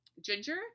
ginger